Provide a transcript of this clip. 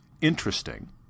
interesting